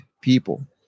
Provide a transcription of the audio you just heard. people